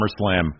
SummerSlam